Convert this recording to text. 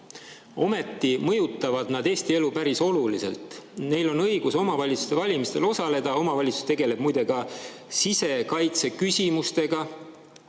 Ometi mõjutavad nad Eesti elu päris oluliselt. Neil on õigus omavalitsuste valimisel osaleda. Omavalitsus tegeleb muide ka sisekaitse küsimustega,